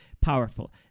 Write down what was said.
powerful